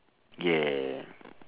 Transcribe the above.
yeah